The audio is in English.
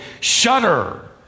shudder